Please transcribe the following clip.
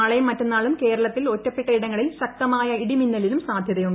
നാളെയും മറ്റന്നാളും കേരളത്തിൽ ഒറ്റപ്പെട്ടയിടങ്ങളിൽ ശക്തമായ ഇടിമിന്നലിനും സാധൃതയുണ്ട്